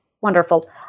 Wonderful